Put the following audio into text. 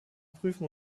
prüfen